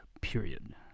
period